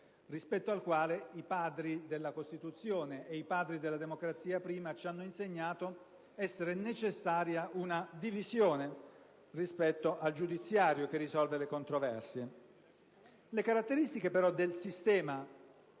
rispetto al quale i padri della Costituzione, e i padri della democrazia prima, ci hanno insegnato essere necessaria una separazione dal potere giudiziario che risolve le controversie. Le caratteristiche, però, del sistema - sistema